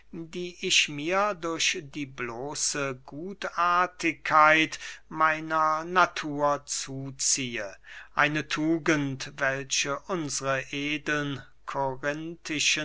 die ich mir durch die bloße gutartigkeit meiner natur zuziehe eine tugend welche unsre edeln